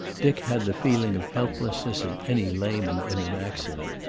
dick had the feeling of helplessness of any layman in an accident.